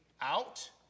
out